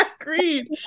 Agreed